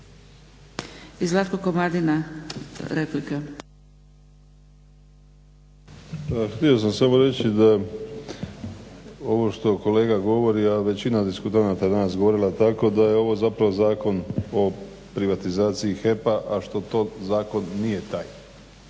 Htio sam samo reći da ovo što kolega govori a većina diskutanata je danas govorila tako da je ovo zapravo zakon o privatizaciji HEP-a a što to zakon nije taj.